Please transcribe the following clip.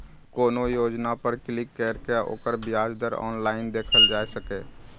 कोनो योजना पर क्लिक कैर के ओकर ब्याज दर ऑनलाइन देखल जा सकैए